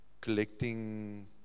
collecting